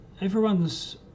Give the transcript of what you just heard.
everyone's